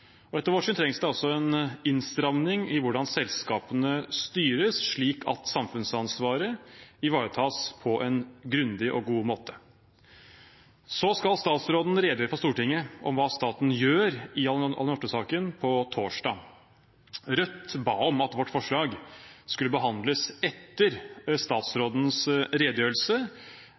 nok. Etter vårt syn trengs det altså en innstramning i hvordan selskapene styres, slik at samfunnsansvaret ivaretas på en grundig og god måte. Statsråden skal redegjøre for Stortinget om hva staten gjør i Alunorte-saken på torsdag. Rødt ba om at vårt forslag skulle behandles etter statsrådens redegjørelse.